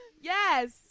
yes